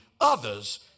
others